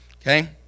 Okay